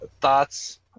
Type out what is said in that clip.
thoughts